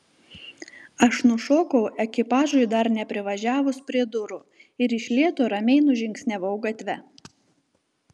aš nušokau ekipažui dar neprivažiavus prie durų ir iš lėto ramiai nužingsniavau gatve